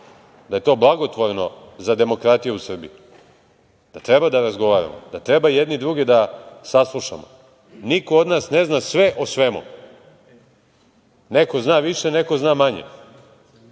da je to blagotvorno za demokratiju u Srbiji, da treba da razgovaramo, da treba jedni druge da saslušamo. Niko od nas ne zna sve o svemu. Neko zna više, neko zna manje.